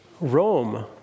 Rome